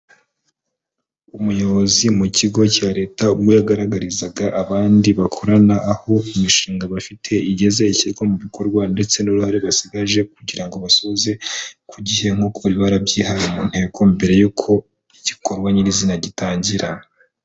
Umuyobozi mu kigo cya Leta ubwo yagaragarizaga abandi bakorana aho imishinga bafite igeze ishyirwa mu bikorwa ndetse n'uruhare basigaje kugira ngo basoze ku gihe nkuko bari barabyihaye mu ntego mbere y'uko igikorwa nyirizina gitangira.